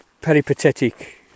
peripatetic